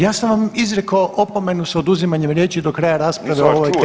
Ja sam vam izrekao opomenu s oduzimanjem riječi do kraja rasprave o ovom temi.